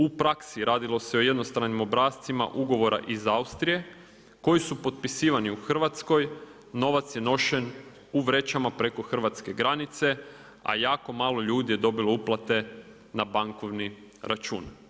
U praksi radilo se o jednostranim obrascima ugovora iz Austrije koji su potpisivani u Hrvatskoj, novac je nošen u vrećama preko hrvatske granice a jako malo ljudi je dobilo uplate na bankovni račun.